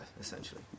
essentially